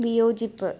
വിയോജിപ്പ്